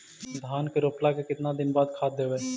धान के रोपला के केतना दिन के बाद खाद देबै?